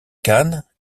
khan